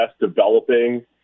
developing